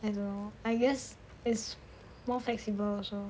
I don't know I guess it's more flexible also